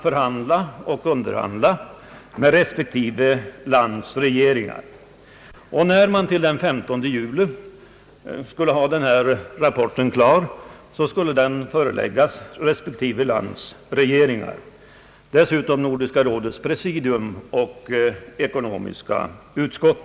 Sedan skulle man underhandla med respektive länders regeringar. Rapporten skulle vara klar den 15 juli och då föreläggas de olika ländernas regeringar, dessutom Nordiska rådets presidium och ekonomiska utskottet.